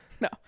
No